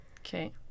Okay